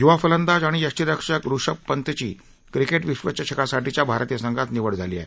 युवा फलंदाज आणि यष्टीरक्षक ऋषभ पंतची क्रिकेट विश्वचषकासाठीच्या भारतीय संघात निवड झाली आहे